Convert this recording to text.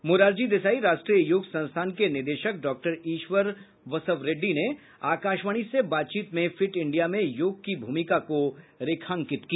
मोरारजी देसाई राष्ट्रीय योग संस्थान के निदेशक डॉक्टर ईश्वर बसवरेड्डी ने आकाशवाणी से बातचीत फिट इंडिया में योग की भूमिका को रेखांकित किया